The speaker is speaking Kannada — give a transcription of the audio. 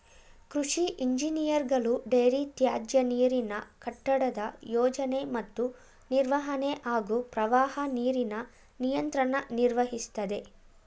ಕೃಷಿ ಇಂಜಿನಿಯರ್ಗಳು ಡೈರಿ ತ್ಯಾಜ್ಯನೀರಿನ ಕಟ್ಟಡದ ಯೋಜನೆ ಮತ್ತು ನಿರ್ವಹಣೆ ಹಾಗೂ ಪ್ರವಾಹ ನೀರಿನ ನಿಯಂತ್ರಣ ನಿರ್ವಹಿಸ್ತದೆ